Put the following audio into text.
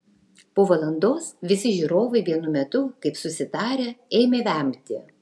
po valandos visi žiūrovai vienu metu kaip susitarę ėmė vemti